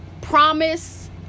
promise